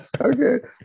Okay